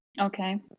okay